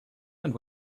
and